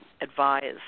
advise